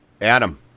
Adam